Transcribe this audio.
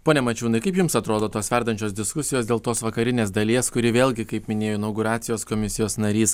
pone mačiūnai kaip jums atrodo tos verdančios diskusijos dėl tos vakarinės dalies kuri vėlgi kaip minėjo inauguracijos komisijos narys